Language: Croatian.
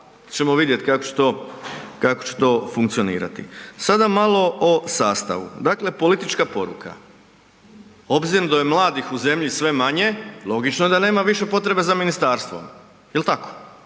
će to, kako će to funkcionirati. Sada malo o sastavu. Dakle, politička poruka. Obzirom da je mladih u zemlji sve manje, logično je da nema više potrebe za ministarstvom, jel tako?